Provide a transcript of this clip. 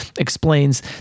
explains